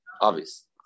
Obvious